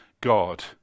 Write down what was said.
God